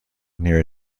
near